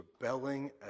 rebelling